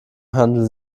handeln